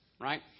right